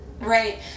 Right